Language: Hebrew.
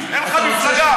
אין לך מפלגה.